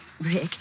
Rick